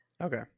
Okay